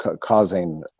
causing